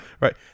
right